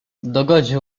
dogodził